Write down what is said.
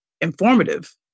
informative